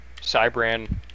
Cybran